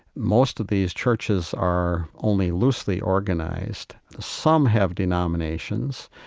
most of these churches are only loosely organized. some have denominations,